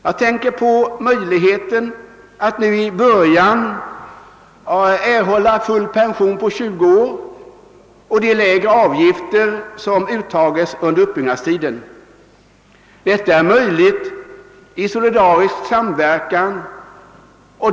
Jag tänker på möjligheten att nu i början erhålla full pension efter tjugu år, och att lägre avgifter uttages under uppbyggnadstiden. Detta är möjligt tack vare solidarisk samverkan.